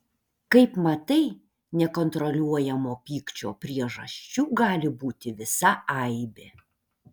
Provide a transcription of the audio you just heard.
kaip matai nekontroliuojamo pykčio priežasčių gali būti visa aibė